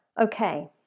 okay